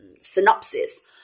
synopsis